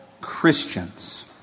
Christians